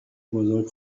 بزرگ